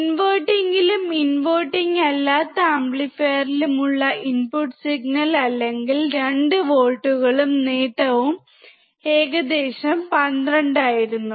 ഇൻവെർട്ടിംഗിലും inverting അല്ലാത്ത ആംപ്ലിഫയറിലുമുള്ള input signal അല്ലെങ്കിൽ 2 വോൾട്ടുകളും നേട്ടവും ഏകദേശം 12 ആയിരുന്നു